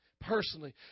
personally